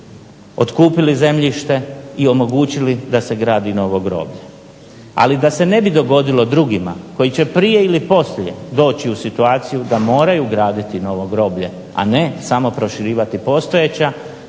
otkupili zemljište i omogućili da se gradi novo groblje. Ali da se ne bi dogodilo drugima koji će prije ili poslije doći u situaciju da moraju graditi novo groblje, a ne samo proširivati postojeća,